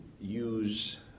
use